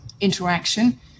interaction